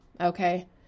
Okay